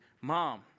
Mom